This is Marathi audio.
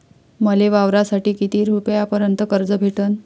मले वावरासाठी किती रुपयापर्यंत कर्ज भेटन?